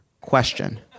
Question